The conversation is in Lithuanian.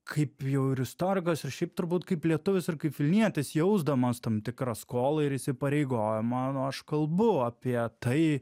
kaip jau ir istorikas ir šiaip turbūt kaip lietuvis ir kaip vilnietis jausdamas tam tikrą skolą ir įsipareigojimą nu aš kalbu apie tai